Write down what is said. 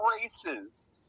races